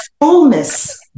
fullness